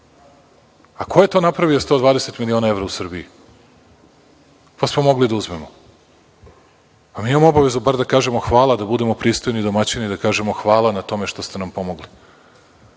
Ko je to napravio 120 miliona evra u Srbiji, pa smo mogli da uzmemo? Mi imamo obavezu bar da kažemo – hvala, da budemo pristojni domaćini da kažemo – hvala na tome što ste nam pomogli.